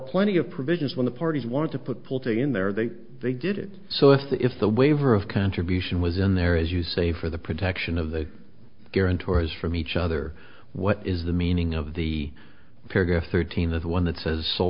plenty of provisions when the parties want to put putting in there they they did it so if the if the waiver of contribution was in there as you say for the protection of the guarantors from each other what is the meaning of the paragraph thirteen the one that says so